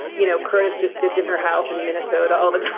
you know, curtis just sits in her house in minnesota all the time,